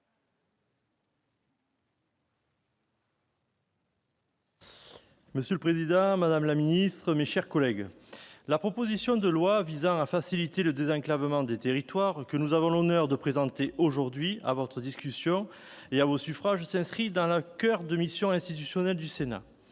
Monsieur le président, madame la ministre, mes chers collègues, la proposition de loi visant à faciliter le désenclavement des territoires que nous avons l'honneur de vous présenter aujourd'hui s'inscrit au coeur des missions institutionnelles du Sénat.